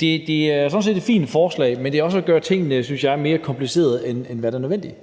Det er sådan set et fint forslag, men det er også at gøre tingene mere komplicerede, synes jeg, end hvad der er nødvendigt.